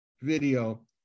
video